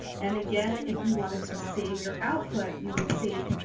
and again, if you wanted to save your output, you would save